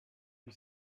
lui